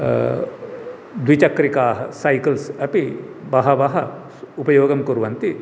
द्विचक्रिकाः सैकल्स् अपि बहवः उपयोगं किर्वन्ति